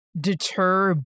deter